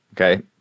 okay